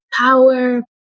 power